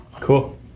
cool